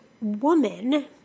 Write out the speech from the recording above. woman